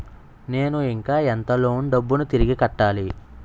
నేను ఇంకా ఎంత లోన్ డబ్బును తిరిగి కట్టాలి?